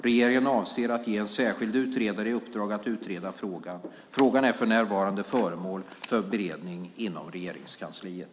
Regeringen avser att ge en särskild utredare i uppdrag att utreda frågan. Frågan är för närvarande föremål för beredning inom Regeringskansliet.